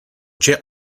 jet